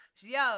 yo